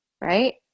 Right